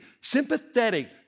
sympathetic